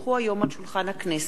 כי הונחו היום על שולחן הכנסת,